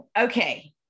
Okay